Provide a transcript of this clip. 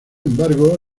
embargo